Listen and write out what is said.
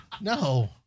no